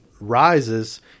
rises